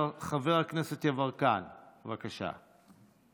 חבר הכנסת יברקן, בבקשה.